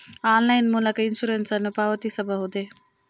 Online ಮೂಲಕ insurance ನ್ನು ಪಾವತಿಸಬಹುದೇ?